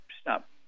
stop